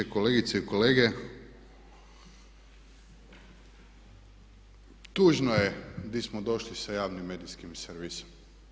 Kolegice i kolege tužno di smo došli sa javnim medijskim servisom.